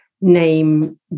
name